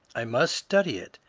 i must study it.